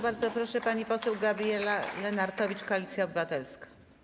Bardzo proszę, pani poseł Gabriela Lenartowicz, Koalicja Obywatelska.